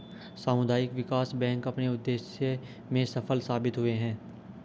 सामुदायिक विकास बैंक अपने उद्देश्य में सफल साबित हुए हैं